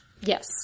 Yes